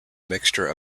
mixture